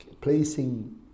placing